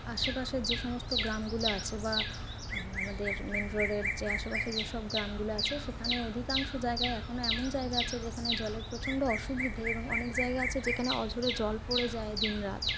আশেপাশে যে সমস্ত গ্রামগুলো আছে বা আমাদের মেন রোডের যে আশেপাশে যেসব গ্রামগুলো আছে সেখানে অধিকাংশ জায়গায় এখনও এমন জায়গা আছে যেখানে জলের প্রচণ্ড অসুবিধে এবং অনেক জায়গা আছে সেখানে অঝোরে জল পড়ে যায় দিনরাত